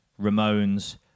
Ramones